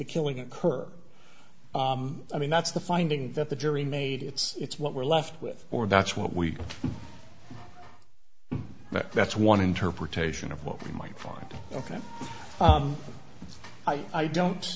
killing occur i mean that's the finding that the jury made it's it's what we're left with or that's what we that's one interpretation of what we might find ok i don't